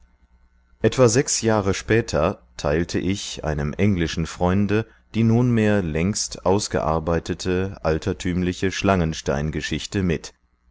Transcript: etwa sechs jahr später teilte ich einem englischen freunde die nunmehr längst ausgearbeitete altertümliche schlangensteingeschichte mit